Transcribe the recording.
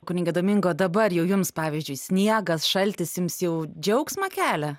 kunige domingo o dabar jau jums pavyzdžiui sniegas šaltis jums jau džiaugsmą kelia